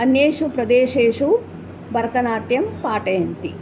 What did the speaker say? अन्येषु प्रदेशेषु भरतनाट्यं पाठयन्ति